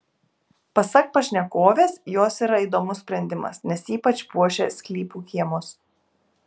pasak pašnekovės jos yra įdomus sprendimas nes ypač puošia sklypų kiemus